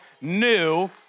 new